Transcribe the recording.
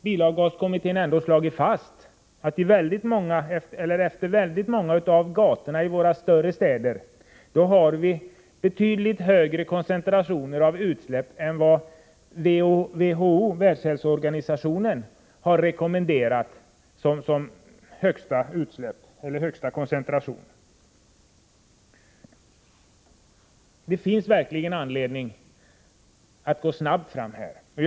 Bilavgaskommittén har ju slagit fast att längs väldigt många av gatorna i våra större städer har man betydligt högre koncentrationer av utsläpp än vad WHO, Världshälsoorganisationen, har rekommenderat som högsta kon centration. Det finns verkligen anledning att gå snabbt fram på detta område.